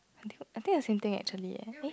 i think I think the same thing actually leh eh